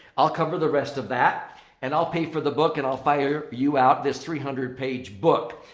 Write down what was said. i'll cover the rest of that and i'll pay for the book and i'll fire you out this three hundred page book.